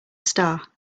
star